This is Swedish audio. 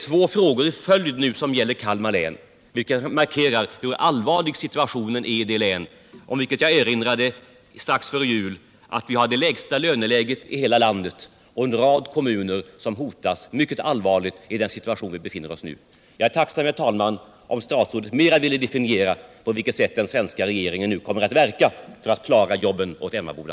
Två frågor i följd i dag gäller Kalmar län, vilket markerar hur allvarlig situationen är i det län som, vilket jag erinrade om strax före jul, har det lägsta löneläget i hela landet och där en rad kommuner allvarligt hotas. Jag är tacksam om statsrådet närmare vill definiera på vilket sätt den svenska regeringen kommer att verka för att klara jobben åt Emmaboda.